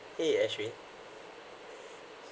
!hey! Ashwin